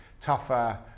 tougher